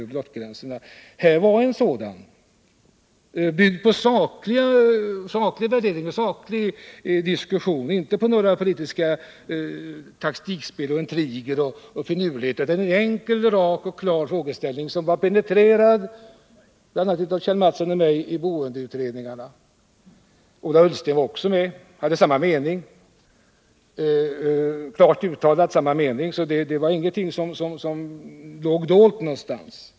Här fanns just en sådan lösning, byggd på saklig diskussion och inte på politiskt taktikspel, intriger och finurligheter. Det var en klar, rak och enkel frågeställning som hade penetrerats bl.a. av Kjell Mattsson och mig i boendeutredningarna. Ola Ullsten var också med där och uttalade klart samma uppfattning. Det var alltså ingenting som låg dolt någonstans.